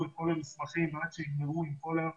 את כל המסמכים ועד שיסיימו את כל מה